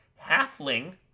halfling